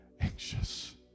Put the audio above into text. anxious